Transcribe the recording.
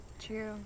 true